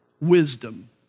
wisdom